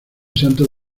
santo